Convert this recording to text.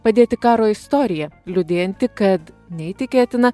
padėti karo istorija liudijanti kad neįtikėtina